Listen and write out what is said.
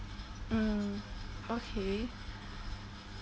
mm okay